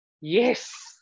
yes